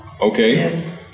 Okay